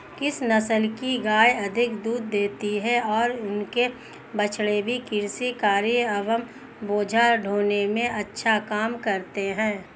किस नस्ल की गायें अधिक दूध देती हैं और इनके बछड़े भी कृषि कार्यों एवं बोझा ढोने में अच्छा काम करते हैं?